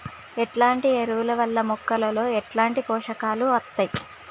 ఎట్లాంటి ఎరువుల వల్ల మొక్కలలో ఎట్లాంటి పోషకాలు వత్తయ్?